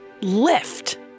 lift